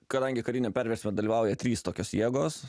kadangi kariniam perversme dalyvauja trys tokios jėgos